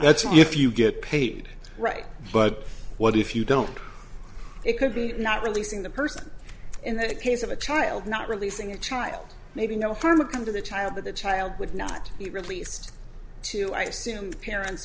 that's why if you get paid right but what if you don't it could be not releasing the person in the case of a child not releasing a child maybe no harm would come to the child but the child would not be released to i assume the parents